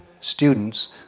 students